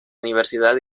universidad